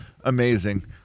amazing